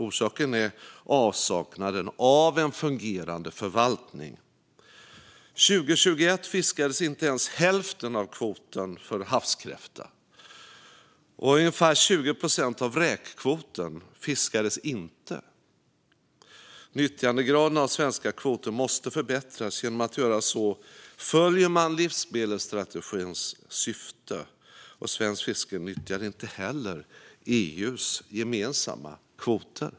Orsaken är avsaknaden av en fungerande förvaltning. År 2021 fiskades inte ens hälften av kvoten för havskräfta, och ungefär 20 procent av räkkvoten fiskades inte. Nyttjandegraden av svenska kvoter måste förbättras; genom att göra det arbetar man i enlighet med livsmedelsstrategins syfte. Svenskt fiske nyttjar inte heller EU:s gemensamma kvoter.